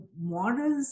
models